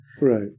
right